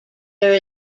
there